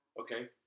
okay